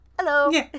hello